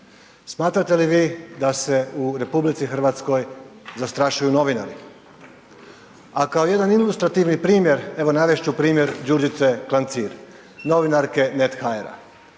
Smatrate li vi da se u RH zastrašuju novinari. A kao jedan ilustrativni primjer, evo navesti ću primjer Đurđice Klancir, novinarke NET.hr